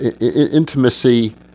intimacy